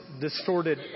distorted